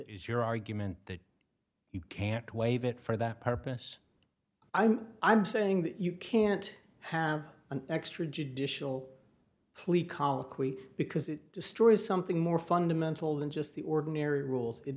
is your argument that you can't waive it for that purpose i'm i'm saying that you can't have an extrajudicial colloquy because it destroys something more fundamental than just the ordinary rules it